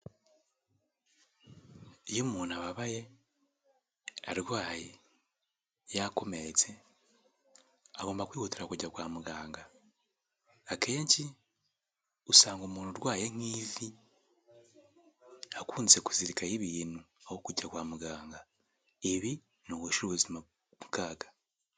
Iyo umuntu ababaye arwaye yakomeretse agomba kwihutira kujya kwa muganga. Akenshi usanga umuntu urwaye nk'ivi akunze kuzirikaho ibintu, aho kujya kwa muganga ibi ni ugushyira ubuzima mu kaga.